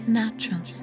natural